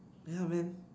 ya man